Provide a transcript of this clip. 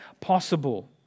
possible